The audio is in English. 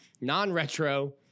non-retro